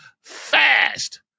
Fast